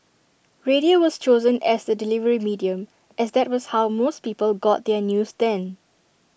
radio was chosen as the delivery medium as that was how most people got their news then